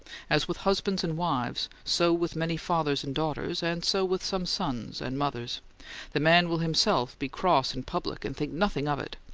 as with husbands and wives, so with many fathers and daughters, and so with some sons and mothers the man will himself be cross in public and think nothing of it,